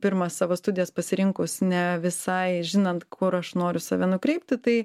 pirmas savo studijas pasirinkus ne visai žinant kur aš noriu save nukreipti tai